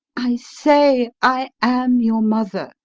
i say i am your mother,